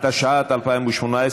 התשע"ט 2018,